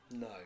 No